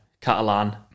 Catalan